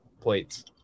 plates